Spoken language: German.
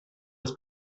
das